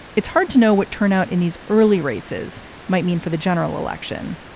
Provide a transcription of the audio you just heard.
it's hard to know what turnout in these early races might mean for the general election.